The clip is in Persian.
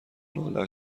ناله